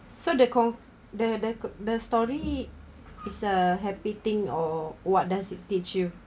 so the con~ the the the story is a happy thing or what does it teach you